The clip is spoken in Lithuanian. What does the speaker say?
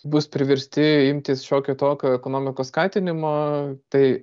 bus priversti imtis šiokio tokio ekonomikos skatinimo tai